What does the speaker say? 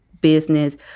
business